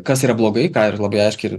kas yra blogai ką ir labai aiškiai ir